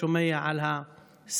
שומע על ה-CV,